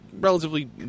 relatively